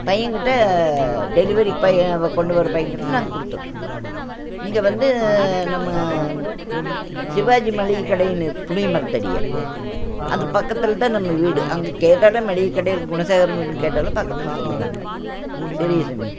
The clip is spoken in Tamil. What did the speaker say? பையன் கிட்ட டெலிவரி பையன் கொண்டு வர பையன் கிட்ட நாங்க கொடுத்துவுட்றோம் இங்கே வந்து நம்ம சிவாஜி மளிகை கடைனு புளியமரத்தடில அது பக்கத்தில் தான் நம்ம வீடு அங்கே கேட்டால் மளிகை கடை குணசேகரன் வீடுனு கேட்டால் பக்கத்தில் சொல்லுவாங்க சரிங்க சாமி